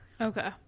okay